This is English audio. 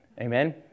Amen